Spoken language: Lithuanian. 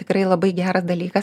tikrai labai geras dalykas